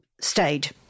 Stayed